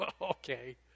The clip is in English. Okay